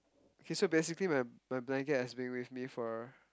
okay so basically my my blanket has been with me for